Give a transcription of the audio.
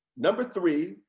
number three,